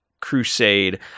Crusade